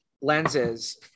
lenses